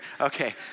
Okay